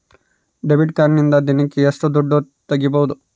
Debit ಕಾರ್ಡಿನಿಂದ ದಿನಕ್ಕ ಎಷ್ಟು ದುಡ್ಡು ತಗಿಬಹುದು?